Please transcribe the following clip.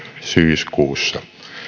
syyskuussa